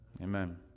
amen